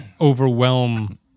overwhelm